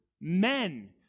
men